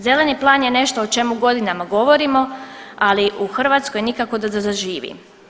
Zeleni plan je nešto o čemu godinama govorimo, ali u Hrvatskoj nikako da zaživi.